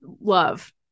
Love